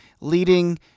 leading